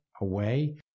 away